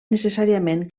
necessàriament